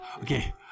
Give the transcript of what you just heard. okay